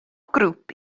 grŵp